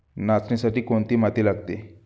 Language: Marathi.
नाचणीसाठी कोणती माती लागते?